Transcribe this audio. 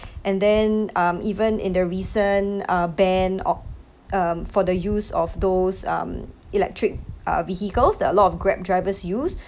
and then um even in the recent uh band o~ um for the use of those um electric uh vehicles that a lot of grab drivers use